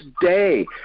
day